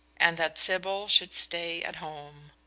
and that sybil should stay at home.